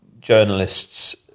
journalists